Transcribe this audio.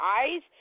eyes